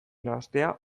nahastea